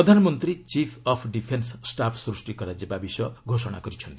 ପ୍ରଧାନମନ୍ତ୍ରୀ chief of defence staff ସୃଷ୍ଟି କରାଯିବା ବିଷୟ ଘୋଷଣା କରିଛନ୍ତି